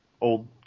old